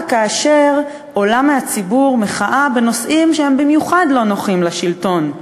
כאשר עולה מהציבור מחאה בנושאים שהם במיוחד לא נוחים לשלטון,